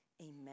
Amen